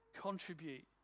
Contribute